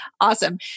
Awesome